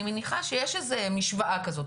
אני מניחה שיש איזו שהיא משוואה כזו,